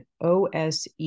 OSE